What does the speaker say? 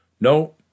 No